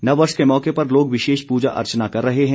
नव वर्ष के मौके पर लोग विशेष पूजा अर्चना कर रहे हैं